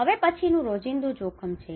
હવે પછીનુ રોજિંદુ જોખમ છે